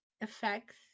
effects